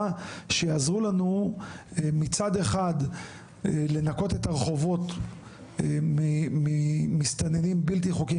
שיעזרו לנו מצד אחד לנקות את הרחובות ממסתננים בלתי חוקיים